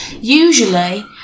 Usually